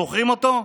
זוכרים אותו?